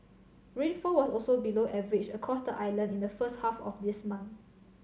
rainfall was also below average across the island in the first half of this month